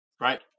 right